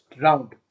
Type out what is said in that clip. round